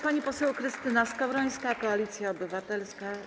Pani poseł Krystyna Skowrońska, Koalicja Obywatelska.